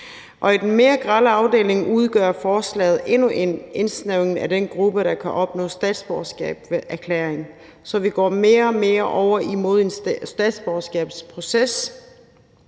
I den mere grelle afdeling er forslaget om endnu en indsnævring af den gruppe, der kan opnå statsborgerskab ved erklæring, så vi går mere og mere over imod en statsborgerskabsproces,